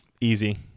easy